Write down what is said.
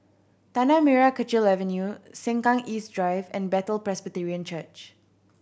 Tanah Merah Kechil Avenue Sengkang East Drive and Bethel Presbyterian Church